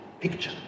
picture